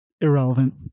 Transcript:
Irrelevant